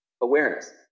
awareness